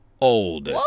old